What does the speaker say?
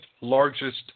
largest